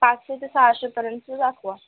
पाचशे ते सहाशेपर्यंत दाखवा